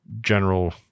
general